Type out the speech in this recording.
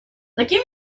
такими